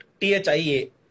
T-H-I-A